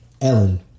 Ellen